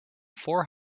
four